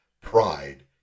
pride